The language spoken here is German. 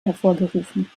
hervorgerufen